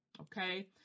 okay